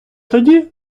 тоді